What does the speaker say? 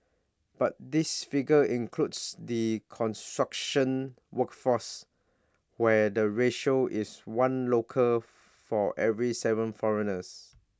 but this figure includes the construction workforce where the ratio is one local for every Seven foreigners